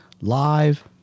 live